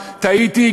טעיתי,